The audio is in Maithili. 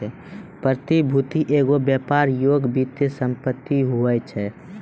प्रतिभूति एगो व्यापार योग्य वित्तीय सम्पति होय छै